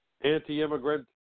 Anti-immigrant